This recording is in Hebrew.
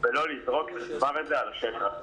ולא לזרוק את הדבר הזה על השטח.